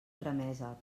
tramesa